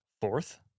fourth